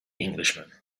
englishman